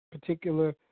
particular